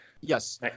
Yes